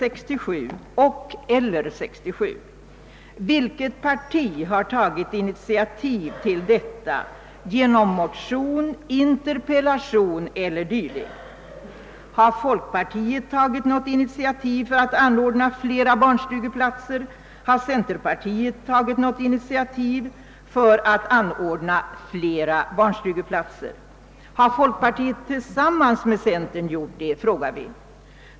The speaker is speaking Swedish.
1967? Vilket parti har tagit initiativ till detta genom motion, interpellation eller dylikt? Har folkpartiet tagit något initiativ för att anordna flera barnstugeplatser? Har centerpartiet tagit något initiativ för att anordna fler barnstugeplatser? Har folkpartiet tillsammans med centern gjort det?, frågade vi.